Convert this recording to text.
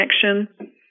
connection